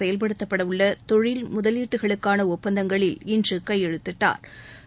செயல்படுத்தப்பட உள்ள தொழில் முதலீட்டுகளுக்கான ஒப்பந்தங்களில் இன்று கையெழுத்திட்டாா்